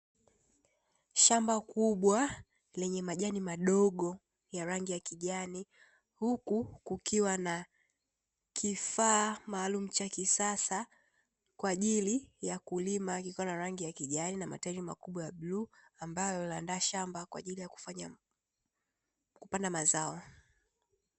Shamba kubwa lenye majani madogo ya rangi ya kijani, huku kukiwa na kifaa maalumu cha kisasa kwa ajili ya kulima, kikiwa na rangi ya kijani na matairi makubwa ya bluu, ambalo huandaa shamba kwa ajili ya kupanda mazao.